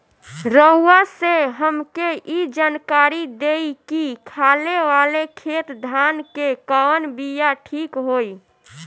रउआ से हमके ई जानकारी देई की खाले वाले खेत धान के कवन बीया ठीक होई?